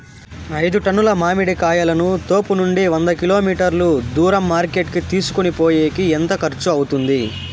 ఐదు టన్నుల మామిడి కాయలను తోపునుండి వంద కిలోమీటర్లు దూరం మార్కెట్ కి తీసుకొనిపోయేకి ఎంత ఖర్చు అవుతుంది?